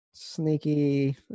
Sneaky